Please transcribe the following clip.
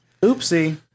Oopsie